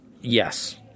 Yes